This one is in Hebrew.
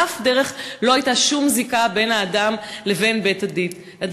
באף דרך לא הייתה שום זיקה בין האדם לבין בית-הדין,